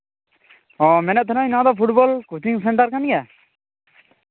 ᱢᱮᱱᱮᱫ ᱛᱟᱦᱮᱱᱟᱹᱧ ᱱᱚᱣᱟᱫᱚ ᱯᱷᱩᱴᱵᱚᱞ ᱠᱚᱪᱤᱝ ᱥᱮᱱᱴᱟᱨ ᱠᱟᱱ ᱜᱮᱭᱟ